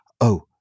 Oh